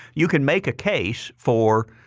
you can make a case for,